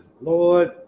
lord